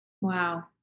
wow